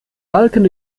balken